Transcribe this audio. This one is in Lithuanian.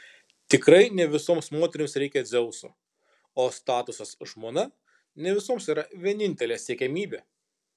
tikrai ne visoms moterims reikia dzeuso o statusas žmona ne visoms yra vienintelė siekiamybė